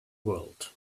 world